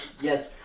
Yes